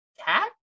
cat